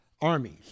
armies